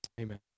Amen